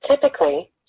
typically